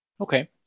Okay